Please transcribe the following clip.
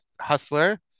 Hustler